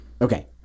Okay